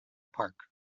park